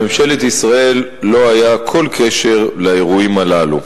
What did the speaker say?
לממשלת ישראל לא היה כל קשר לאירועים הללו.